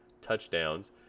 touchdowns